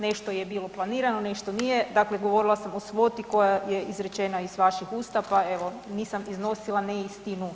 Nešto je bilo planirano, nešto nije, dakle govorila sam o svoti koja je izrečena iz vaših usta pa evo nisam iznosila neistinu.